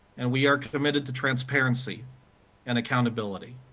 and we are committed to transparency and accountability.